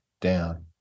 down